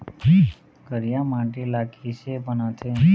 करिया माटी ला किसे बनाथे?